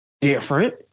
different